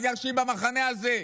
בגלל שהיא במחנה הזה,